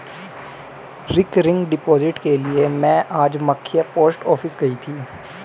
recurring deposit के लिए में आज मख्य पोस्ट ऑफिस गयी थी